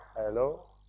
Hello